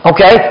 Okay